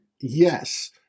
Yes